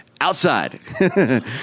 outside